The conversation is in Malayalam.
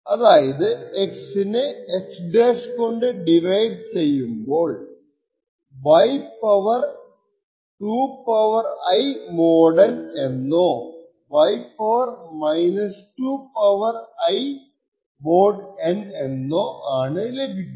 അതായത് x നെ x കൊണ്ട് ഡിവൈഡ് ചെയ്യുമ്പോൾ y 2 I mod n എന്നോ y 2 Imod n എന്നോ ആണ് ലഭിക്കുക